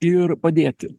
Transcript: ir padėti